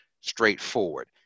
straightforward